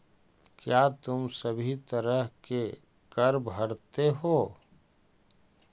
क्या तुम सभी तरह के कर भरते हो?